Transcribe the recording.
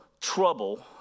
trouble